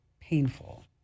painful